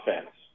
offense